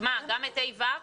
גם את כיתות ה'-ו'?